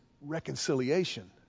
reconciliation